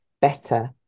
better